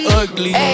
ugly